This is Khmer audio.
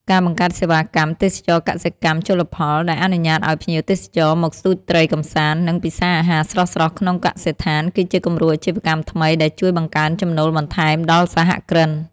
ការបង្កើតសេវាកម្ម "ទេសចរណ៍កសិកម្មជលផល" ដែលអនុញ្ញាតឱ្យភ្ញៀវទេសចរមកស្ទូចត្រីកម្សាន្ត និងពិសាអាហារស្រស់ៗក្នុងកសិដ្ឋាន គឺជាគំរូអាជីវកម្មថ្មីដែលជួយបង្កើនចំណូលបន្ថែមដល់សហគ្រិន។